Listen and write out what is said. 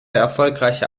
erfolgreiche